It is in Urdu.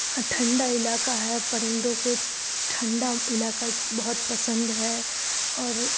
اور ٹھنڈہ علاقہ ہے پرندوں کو ٹھنڈہ علاقہ بہت پسند ہے اور